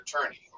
attorney